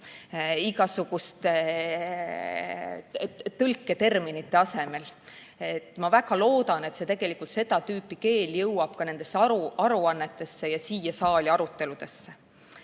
igasuguste tõlketerminite asemel. Ma väga loodan, et seda tüüpi keel jõuab nendesse aruannetesse ja siia saali aruteludesse.